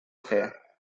fer